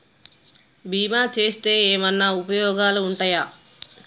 బీమా చేస్తే ఏమన్నా ఉపయోగాలు ఉంటయా?